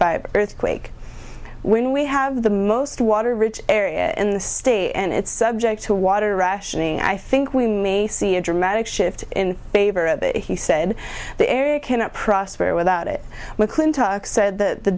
by earthquake when we have the most water rich area in the state and it's subject to water rationing i think we may see a dramatic shift in favor of it he said the area cannot prosper without it mcclintock said th